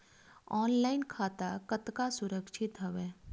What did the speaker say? Online खाता कतका सुरक्षित हवय?